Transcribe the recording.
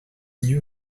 new